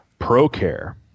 ProCare